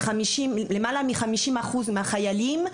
שלפיה למעלה מ-50% מהחיילים,